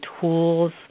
tools